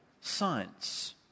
science